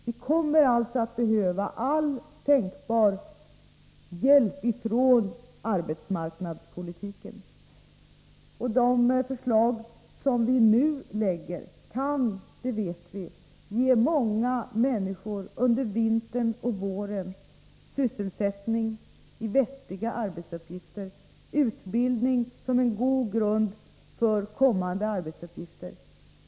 Vi kommer att behöva all tänkbar hjälp från arbetsmarknadspolitiken. Med de förslag som vi nu har lagt fram kan — det vet vi — många människor under vintern och våren få vettig sysselsättning och utbildning som ger en god grund för kommande arbetsuppgifter.